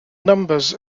numbers